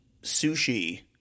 sushi